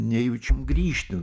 nejučiom grįžti